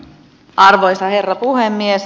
arvoisa herra puhemies